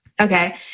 Okay